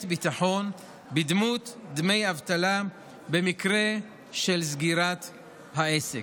ביטחון בדמות דמי אבטלה במקרה של סגירת העסק.